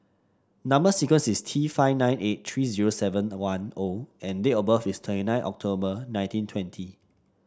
number sequence is T five nine eight three zero seven one O and date of birth is twenty nine October nineteen twenty